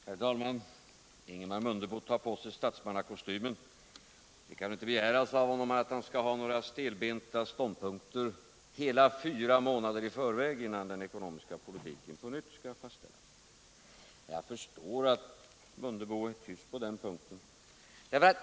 Herr talman! Ingemar Mundebo tar på sig statsmannakostymen. Det kan inte begäras av honom att han skall ha några stelbenta ståndpunkter hela fyra månader innan den ekonomiska politiken på nytt skall fastställas. Jag förstår att herr Mundebo är tyst på den punkten.